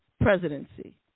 presidency